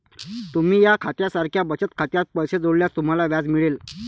तुम्ही या खात्या सारख्या बचत खात्यात पैसे जोडल्यास तुम्हाला व्याज मिळेल